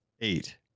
eight